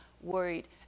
worried